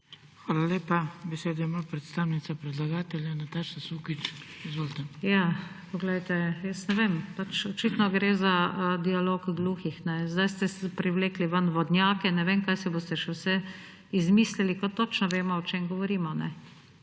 Hvala lepa. Besedo ima predstavnica predlagatelja Nataša Sukič. Izvolite. NATAŠA SUKIČ (PS Levica): Poglejte, jaz ne vem, očitno gre za dialog gluhih. Zdaj ste privlekli ven vodnjake, ne vem, kaj si boste še vse izmislili, ko točno vemo, o čem govorimo.